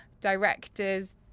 directors